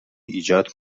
ایجاد